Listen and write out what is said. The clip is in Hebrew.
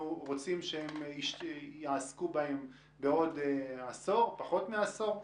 רוצים שהם יעסקו בהם בעוד עשור או פחות מעשור.